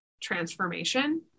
transformation